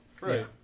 Right